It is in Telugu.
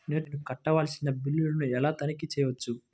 నేను కట్టవలసిన బిల్లులను ఎలా తనిఖీ చెయ్యవచ్చు?